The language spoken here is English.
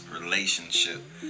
relationship